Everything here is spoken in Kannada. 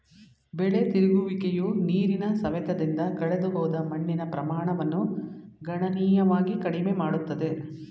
ಬೆಳೆ ತಿರುಗುವಿಕೆಯು ನೀರಿನ ಸವೆತದಿಂದ ಕಳೆದುಹೋದ ಮಣ್ಣಿನ ಪ್ರಮಾಣವನ್ನು ಗಣನೀಯವಾಗಿ ಕಡಿಮೆ ಮಾಡುತ್ತದೆ